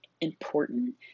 important